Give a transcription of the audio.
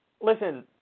listen